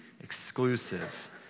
exclusive